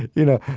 you know?